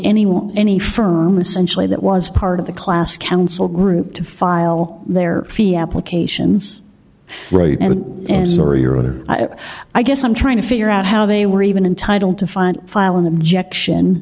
anyone any firm essentially that was part of the class council group to file their fee applications right and answer your other i guess i'm trying to figure out how they were even entitled to find file an objection